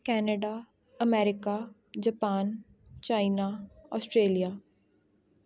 Canada America Japan China Australia